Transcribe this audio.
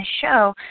show